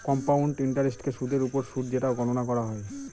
compound ইন্টারেস্টকে সুদের ওপর সুদ যেটা গণনা করা হয়